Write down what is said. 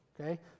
okay